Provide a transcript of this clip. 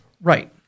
Right